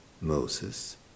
Moses